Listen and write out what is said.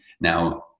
Now